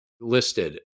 listed